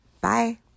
Bye